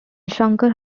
shankar